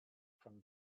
from